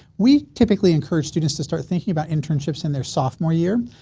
we typically encourage students to start thinking about internships in their sophomore year.